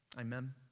Amen